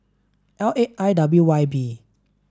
L eight I W Y B